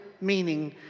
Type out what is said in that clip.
meaning